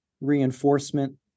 reinforcement